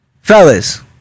Fellas